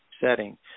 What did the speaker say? setting